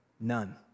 None